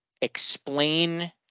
explain